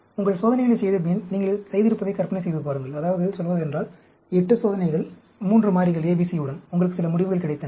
உங்கள் சோதனைகளைச் செய்தபின் நீங்கள் செய்திருப்பதை கற்பனை செய்து பாருங்கள் அதாவது சொல்வதென்றால் 8 சோதனைகள் 3 மாறிகள் A B C உடன் உங்களுக்கு சில முடிவுகள் கிடைத்தன